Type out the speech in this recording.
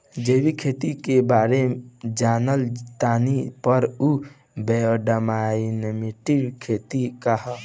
जैविक खेती के बारे जान तानी पर उ बायोडायनमिक खेती का ह?